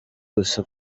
gusa